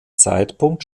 zeitpunkt